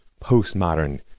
postmodern